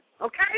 okay